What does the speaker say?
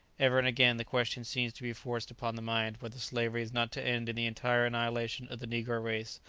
ever and again the question seems to be forced upon the mind whether slavery is not to end in the entire annihilation of the negro race,